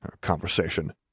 Conversation